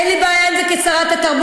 אין לי בעיה עם זה כשרת התרבות.